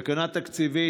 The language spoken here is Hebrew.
תקנה תקציבית